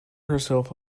herself